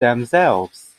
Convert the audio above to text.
themselves